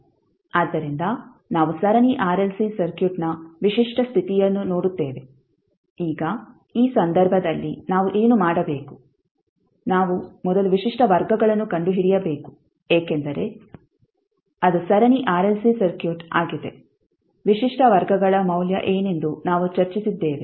ಆದ್ದರಿಂದ ನಾವು ಸರಣಿ ಆರ್ಎಲ್ಸಿ ಸರ್ಕ್ಯೂಟ್ನ ವಿಶಿಷ್ಟ ಸ್ಥಿತಿಯನ್ನು ನೋಡುತ್ತೇವೆ ಈಗ ಈ ಸಂದರ್ಭದಲ್ಲಿ ನಾವು ಏನು ಮಾಡಬೇಕು ನಾವು ಮೊದಲು ವಿಶಿಷ್ಟ ವರ್ಗಗಳನ್ನು ಕಂಡುಹಿಡಿಯಬೇಕು ಏಕೆಂದರೆ ಅದು ಸರಣಿ ಆರ್ಎಲ್ಸಿ ಸರ್ಕ್ಯೂಟ್ ಆಗಿದೆ ವಿಶಿಷ್ಟ ವರ್ಗಗಳ ಮೌಲ್ಯ ಏನೆಂದು ನಾವು ಚರ್ಚಿಸಿದ್ದೇವೆ